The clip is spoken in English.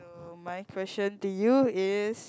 uh my question to you is